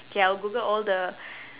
K I'll google all the